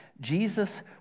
Jesus